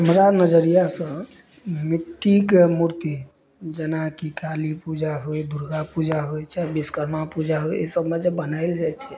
हमरा नजरियासँ मिट्टीके मूर्ति जेनाकि काली पूजा होइ दुर्गा पूजा होइ चाहे विश्वकर्मा पूजा होइ ई सबमे जे बनाएल जाइ छै